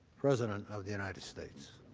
president of the united states.